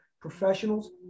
professionals